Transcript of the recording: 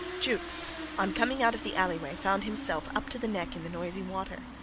jukes on coming out of the alleyway found himself up to the neck in the noisy water.